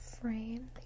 frame